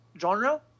genre